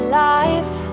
life